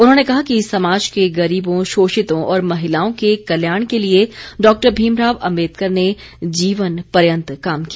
उन्होंने कहा कि समाज के गरीबों शोषितों और महिलाओं के कल्याण के लिए डॉक्टर भीमराव अम्बेदकर ने जीवन पर्यन्त काम किया